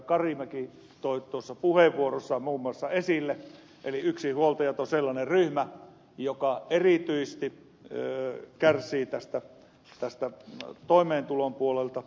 karimäki toi puheenvuorossaan esille yksinhuoltajat on sellainen ryhmä joka erityisesti kärsii tästä toimeentulon puolelta